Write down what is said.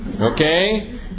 Okay